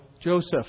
Joseph